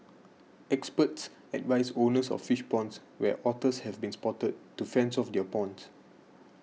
experts advise owners of fish ponds where otters have been spotted to fence off their ponds